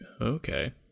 okay